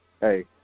hey